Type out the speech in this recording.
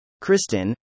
Kristen